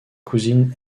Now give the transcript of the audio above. cousine